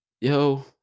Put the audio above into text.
Yo